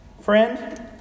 Friend